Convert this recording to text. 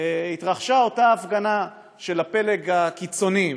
התרחשה אותה הפגנה של הפלג הקיצוני,